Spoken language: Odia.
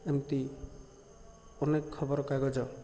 ଏମତି ଅନେକ ଖବରକାଗଜ